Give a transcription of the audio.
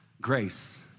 Grace